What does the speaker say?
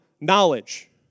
knowledge